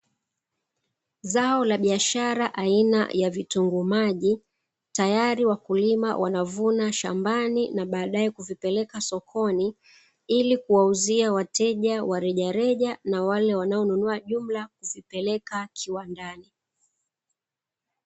Zao la biashara aina ya vitunguu maji, tayari wakulima wanavuna shambani na baadaye kuvipeleka sokoni, ili kuwauzia wateja wa rejareja na wale wanaonunua jumla kuvipeleka kiwandani.